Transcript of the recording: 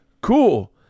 Cool